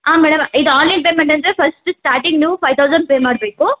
ಆಂ madam ಇದು online payment ಅಂದರೆ first starting ನೀವು ಫೈವ್ ಥೌಸಂಡ್ ಪೇ ಮಾಡಬೇಕು